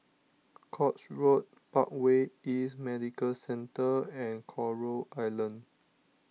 Court Road Parkway East Medical Centre and Coral Island